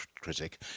critic